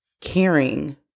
caring